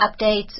updates